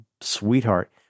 sweetheart